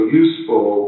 useful